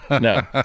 no